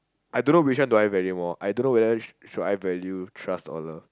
I don't know which one do I value more I don't know whether should I value trust or love